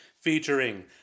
featuring